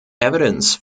evidence